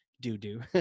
do-do